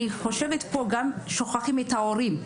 אני חושבת שפה גם שוכחים את ההורים.